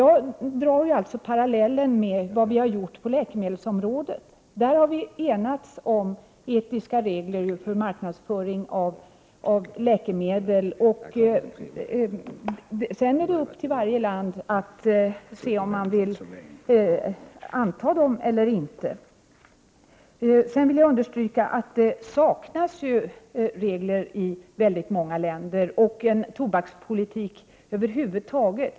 Jag drar parallellen med vad vi har gjort på läkemedelsområdet. Där har vi enats om etiska regler för marknadsföring av läkemedel. Sedan är det upp till varje land att se om man vill anta dessa regler eller inte. Jag vill understryka att det i många länder saknas regler och en tobakspolitik över huvud taget.